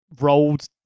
rolled